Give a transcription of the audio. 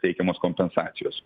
teikiamos kompensacijos